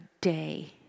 day